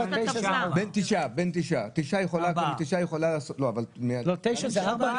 בתשעה היא יכולה --- בתשעה זה ארבעה,